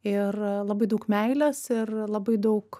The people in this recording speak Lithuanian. ir labai daug meilės ir labai daug